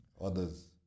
others